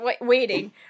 waiting